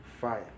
fire